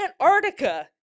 Antarctica